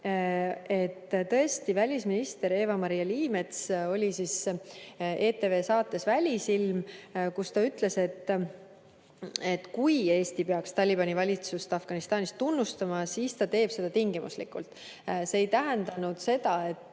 Tõesti, välisminister Eva-Maria Liimets oli ETV saates "Välisilm", kus ta ütles, et kui Eesti peaks Talibani valitsust Afganistanis tunnustama, siis ta teeb seda tingimuslikult. See ei tähendanud seda, et